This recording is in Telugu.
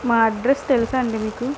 మా అడ్రస్ తెలుసా అండి మీకు